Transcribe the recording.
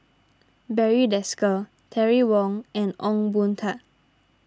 Barry Desker Terry Wong and Ong Boon Tat